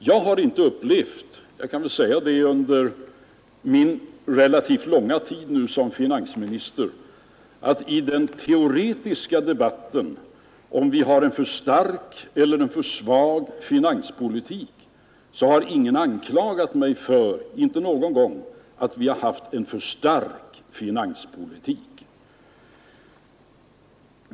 Under min relativt långa tid som finansminister har jag inte upplevt att man i den teoretiska debatten om huruvida vi har en för stark eller för svag finanspolitik någon enda gång anklagat mig för att vi skulle ha en för stark finanspolitik.